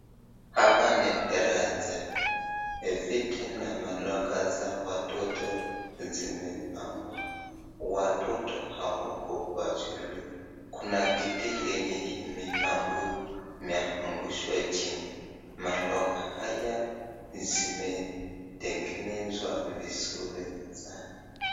Hapa ni darasa, viti na maloka za watoto zimepangwa. Watoto hawako kwa shule. Kuna kiti chenye kimeangushwa. Maloka haya yametengenezwa vizuri sana.